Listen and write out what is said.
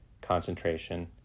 concentration